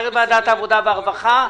צריך ועדת עבודה ורווחה.